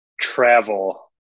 travel